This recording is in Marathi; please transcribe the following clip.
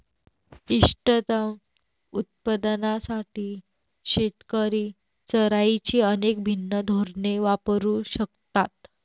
इष्टतम उत्पादनासाठी शेतकरी चराईची अनेक भिन्न धोरणे वापरू शकतात